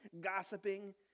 gossiping